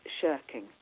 shirking